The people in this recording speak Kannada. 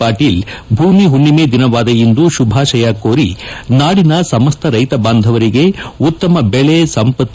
ಪಾಟೀಲ್ ಭೂಮಿ ಹುಣ್ಣಿಮೆ ದಿನವಾದ ಇಂದು ಶುಭಾಶಯ ಕೋರಿ ನಾಡಿನ ಸಮಸ್ತ ರೈತ ಬಾಂದವರಿಗೆ ಉತ್ತಮ ಬೆಳೆ ಸಂಪತ್ತು